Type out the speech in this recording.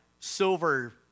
silver